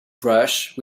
brush